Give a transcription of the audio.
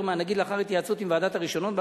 מהנגיד לאחר התייעצות עם ועדת הרשיונות.